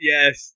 Yes